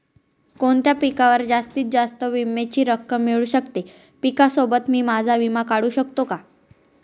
कोणत्या पिकावर जास्तीत जास्त विम्याची रक्कम मिळू शकते? पिकासोबत मी माझा विमा काढू शकतो का?